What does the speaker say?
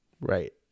right